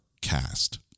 cast